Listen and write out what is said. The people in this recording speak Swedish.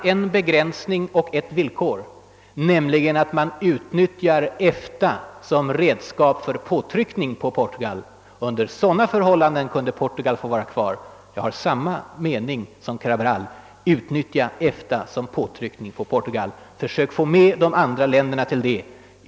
Men han hade ett villkor: nämligen att man utnyttjar EFTA som redskap för verkningsfulla påtryckningar på Portugal. Under sådana förhållanden kunde Portugal få vara kvar. Jag har där samma mening som Cabral: utnyttja EFTA för effektiv påtryckning på Portugal och få med de andra länderna på det!